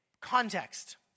Context